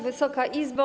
Wysoka Izbo!